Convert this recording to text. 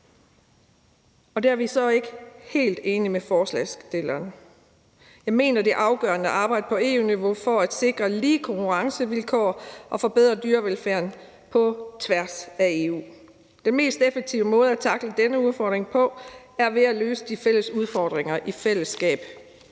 og der er vi så ikke helt enige med forslagsstillerne. Jeg mener, det er afgørende at arbejde på EU-niveau for at sikre lige konkurrencevilkår og forbedre dyrevelfærden på tværs af EU. Den mest effektive måde at tackle denne udfordring på er at løse de fælles udfordringer i fællesskab.